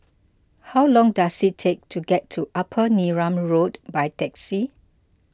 how long does it take to get to Upper Neram Road by taxi